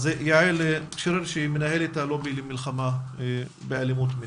יעל שרר, מנהלת הלובי למלחמה באלימות מינית.